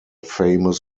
famous